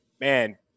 man